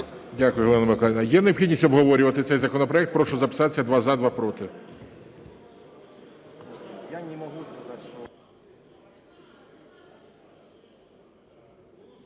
Дякую, Галина Миколаївна. Є необхідність обговорювати цей законопроект? Прошу записатися: два – за, два – проти.